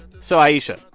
so ayesha,